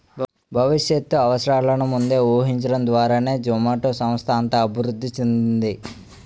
భవిష్యత్ అవసరాలను ముందే ఊహించడం ద్వారానే జొమాటో సంస్థ అంత అభివృద్ధి చెందింది